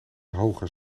hoger